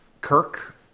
Kirk